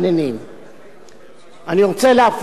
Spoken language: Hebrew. אני רוצה להפנות לסעיף 11(ב)